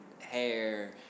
hair